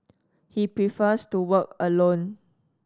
he prefers to work alone